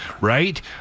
Right